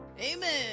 amen